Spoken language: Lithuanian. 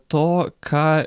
to ką